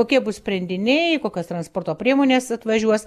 kokie bus sprendiniai kokios transporto priemonės atvažiuos